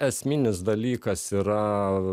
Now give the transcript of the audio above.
esminis dalykas yra